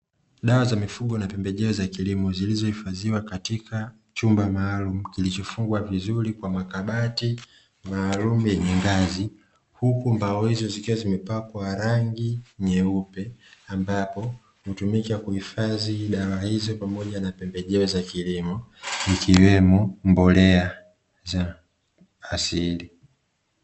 Dawa za mifugo na pembejeo za kilimo zilizohifadhiwa katika chumba maalumu kilichofungwa vizuri kwa makabati maalumu yenye ngazi, huku mbao hizo zikiwa zimepakwa rangi nyeupe, ambapo hutumika kuhifadhi dawa hizo pamoja na pembejeo za kilimo ikiwemo mbolea za asili.